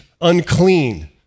unclean